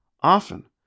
Often